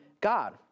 God